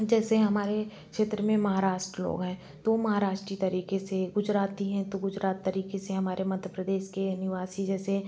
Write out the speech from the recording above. जैसे हमारे क्षेत्र में महाराष्ट्र हो गए तो महाराष्ट्री तरीके से गुजराती हैं तो गुजरात तरीके से हमारे मध्य प्रदेश के निवासी जैसे